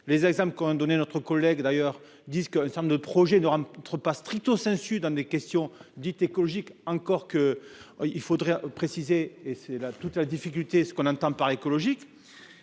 les exams qu'on a donné notre collègue d'ailleurs disent que de projets ne rentre pas stricto sensu dans des questions dites écologiques, encore que, il faudrait préciser et c'est là toute la difficulté, ce qu'on entend par écologique et